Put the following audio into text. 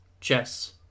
Jess